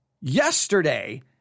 yesterday